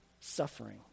suffering